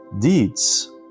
deeds